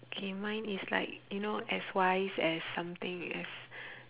K mine is like you know as wise as something as